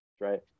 right